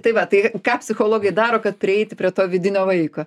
tai va tai ką psichologai daro kad prieiti prie to vidinio vaiko